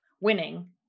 winning